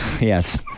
Yes